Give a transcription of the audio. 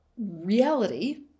reality